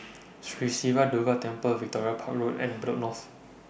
Sri Siva Durga Temple Victoria Park Road and Bedok North